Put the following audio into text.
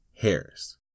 harris